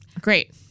Great